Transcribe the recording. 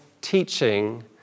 teaching